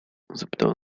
zapytała